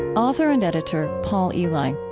author and editor paul elie. like